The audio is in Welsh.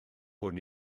hwn